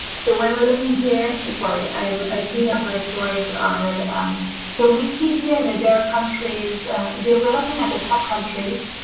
so, when we're looking here sorry. i um i see that my slides are so, we see here that there are countries yeah we're looking at the top countries.